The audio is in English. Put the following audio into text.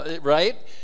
Right